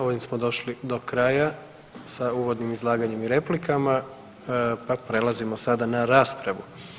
Ovim smo došli do kraja s uvodnim izlaganjem i replikama pa prelazimo sada na raspravu.